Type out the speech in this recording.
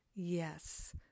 Yes